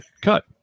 Cut